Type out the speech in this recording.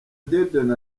dieudoné